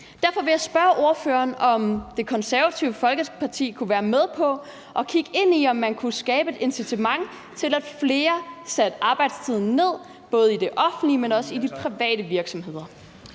Derfor vil jeg spørge ordføreren, om Det Konservative Folkeparti kunne være med på at kigge ind i, om man kunne skabe et incitament til, at flere satte arbejdstiden ned, både i det offentlige, men også i de private virksomheder.